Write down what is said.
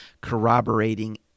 corroborating